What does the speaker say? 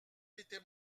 était